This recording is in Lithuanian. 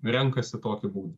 renkasi tokį būdą